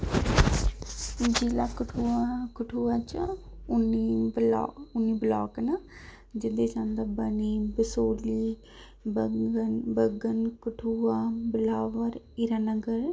जिला कठुआ कठुआ च उन्नी उन्नी ब्लॉक न जिं'दे च बनी बसोहली कठुआ बिलावर हीरानगर